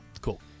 Cool